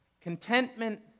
Contentment